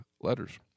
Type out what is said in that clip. letters